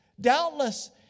Doubtless